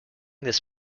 this